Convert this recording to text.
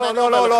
הנה, אני אומר לך.